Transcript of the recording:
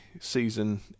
season